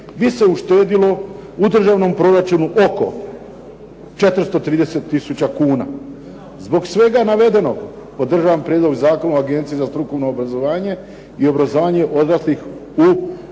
bi se uštedilo u državnom proračunu oko 430 tisuća kuna. Zbog svega navedenog podržavam prijedlog Zakona o agenciji za strukovno obrazovanje i obrazovanje odraslih u